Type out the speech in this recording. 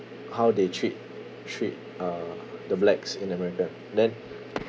how they treat treat uh the blacks in america then